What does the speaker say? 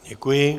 Děkuji.